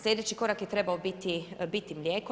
Slijedeći korak je trebao biti mlijeko.